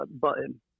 button